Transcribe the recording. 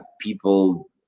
people